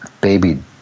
baby